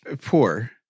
poor